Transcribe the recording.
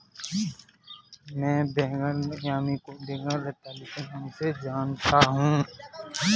मैं बैंगनी यामी को बैंगनी रतालू के नाम से जानता हूं